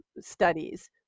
studies